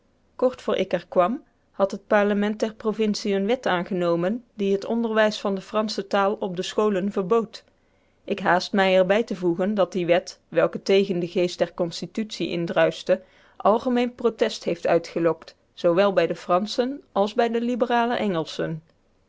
kort voor ik er kwam had het parlement der provincie een wet aangenomen die het onderwijs van de fransche taal op de scholen verbood ik haast mij er bij te voegen dat die wet welke tegen den geest der constitutie indruischte algemeen protest heeft uitgelokt zoowel bij de franschen als bij de liberale engelschen